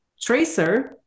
tracer